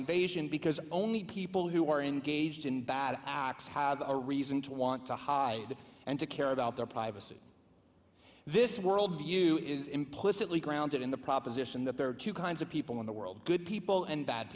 invasion because only people who are engaged in bad acts have a reason to want to hide and to care about their privacy this worldview is implicitly grounded in the proposition that there are two kinds of people in the world good people and bad